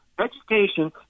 Education